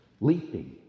leaping